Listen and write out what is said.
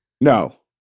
No